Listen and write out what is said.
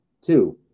Two